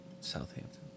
Southampton